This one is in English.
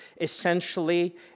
essentially